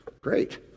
great